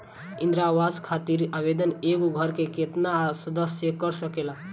इंदिरा आवास खातिर आवेदन एगो घर के केतना सदस्य कर सकेला?